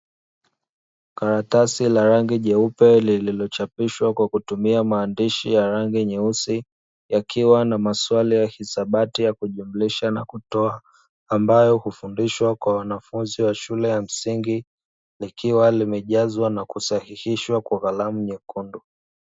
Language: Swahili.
Karatasi la rangi jeupe lililochapishwa kwa kutumia maandishi ya rangi nyeusi, yakiwa na maswali ya hisabati, yakujumlisaha na kutoa ambayo hufundishwa kwa wanafunzi wa shule ya msingi likiwa limejazwa na kusahihishwa kwa kalamu nyekundu.